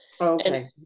Okay